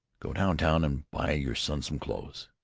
go down town and buy your son some clothes.